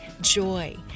joy